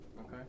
Okay